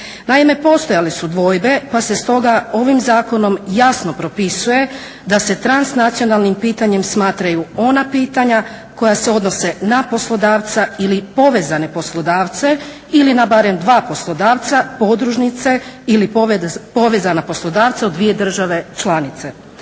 Naime, postojale su dvojbe pa se stoga ovim zakonom jasno propisuje da se transnacionalnim pitanjem smatraju ona pitanja koja se odnose na poslodavca ili povezane poslodavce ili na barem dva poslodavca, podružnice ili povezana poslodavca u dvije države članice.